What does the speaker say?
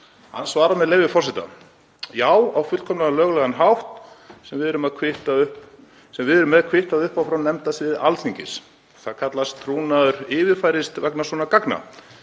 hann, með leyfi forseta: „Já, á fullkomlega löglegan hátt sem við erum með kvittað upp á frá nefndasviði Alþingis. Það kallast að trúnaður yfirfærist vegna svona gagna.